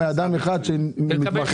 000 ילדים במעונות יום שיקומיים מגיל